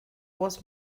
was